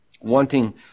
wanting